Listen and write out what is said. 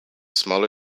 smaller